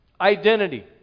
Identity